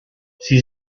sie